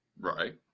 Right